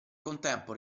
contempo